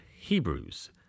Hebrews